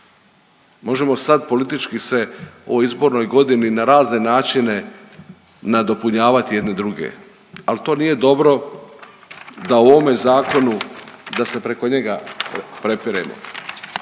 Možemo sada politički se u izbornoj godini na razne načine nadopunjavati jedni druge, ali to nije dobro da u ovome Zakonu da se preko njega prepiremo,